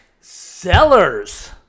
Sellers